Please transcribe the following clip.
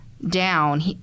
Down